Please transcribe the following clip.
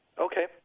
Okay